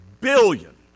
billion